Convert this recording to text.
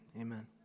amen